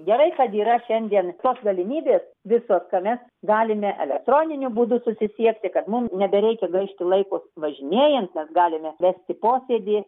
gerai kad yra šiandien tos galimybės visos ka mes galime elektroniniu būdu susisiekti kad mum nebereikia gaišti laiko važinėjant mes galime vesti posėdį